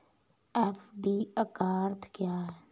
FD का अर्थ क्या है?